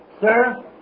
Sir